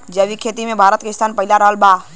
जैविक खेती मे भारत के स्थान पहिला रहल बा